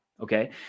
Okay